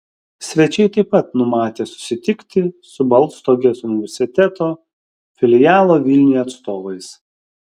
svečiai taip pat numatę susitikti su baltstogės universiteto filialo vilniuje atstovais